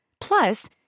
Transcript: Plus